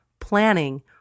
planning